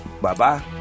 Bye-bye